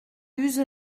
use